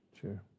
Sure